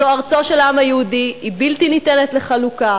זו ארצו של העם היהודי, היא בלתי ניתנת לחלוקה.